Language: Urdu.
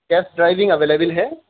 ٹیسٹ ڈرائیونگ اویلیبل ہے